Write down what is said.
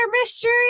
mystery